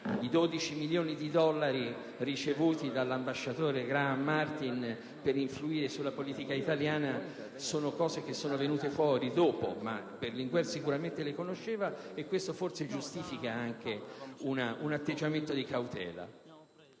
12 milioni di dollari ricevuti dall'ambasciatore Graham Martin per influire sulla politica italiana è venuta fuori dopo, ma Berlinguer sicuramente lo sapeva e questo forse giustifica anche un atteggiamento di cautela.